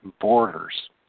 borders